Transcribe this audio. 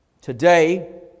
Today